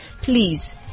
Please